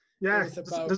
Yes